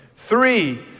Three